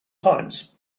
times